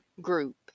group